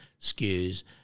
Skews